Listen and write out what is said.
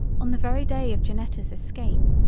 on the very day of janetta's escape,